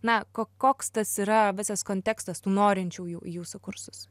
na ko koks tas yra visas kontekstas tų norinčiųjų į jūsų kursus